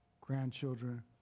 grandchildren